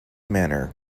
manner